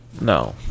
No